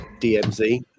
DMZ